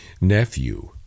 nephew